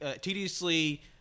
tediously